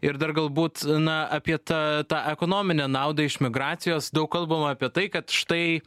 ir dar galbūt na apie tą tą ekonominę naudą iš migracijos daug kalbama apie tai kad štai